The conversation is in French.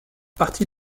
partie